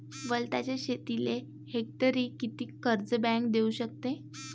वलताच्या शेतीले हेक्टरी किती कर्ज बँक देऊ शकते?